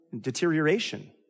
deterioration